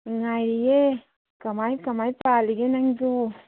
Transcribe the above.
ꯅꯨꯡꯉꯥꯏꯔꯤꯌꯦ ꯀꯃꯥꯏ ꯀꯃꯥꯏ ꯄꯥꯜꯂꯤꯒꯦ ꯅꯪꯁꯨ